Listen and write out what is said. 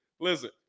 listen